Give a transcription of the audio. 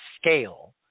scale